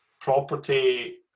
property